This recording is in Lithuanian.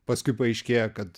paskui paaiškėja kad